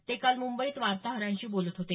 ते काल मुंबईत वार्ताहरांशी बोलत होते